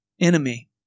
enemy